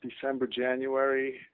December-January